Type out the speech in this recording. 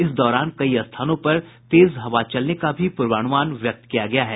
इस दौरान कई स्थानों पर तेज हवा चलने का भी पूर्वानुमान व्यक्त किया गया है